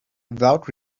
without